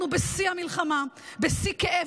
אנחנו בשיא המלחמה, בשיא כאב